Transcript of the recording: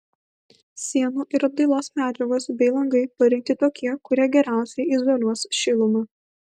sienų ir apdailos medžiagos bei langai parinkti tokie kurie geriausiai izoliuos šilumą